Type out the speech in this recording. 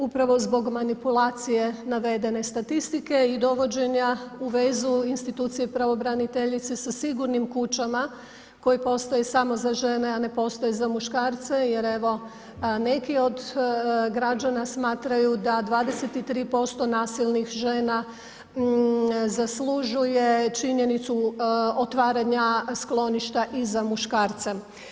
Upravo zbog manipulacije navedene statistike i dovođenja u vezu institucije i pravobraniteljice sa sigurnim kućama koje postoje samo za žene, a ne postoje za muškarce jer evo, neki od građana smatraju da 23% nasilnih žena zaslužuje činjenicu otvaranja skloništa i za muškarce.